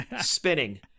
spinning